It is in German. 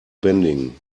bändigen